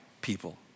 people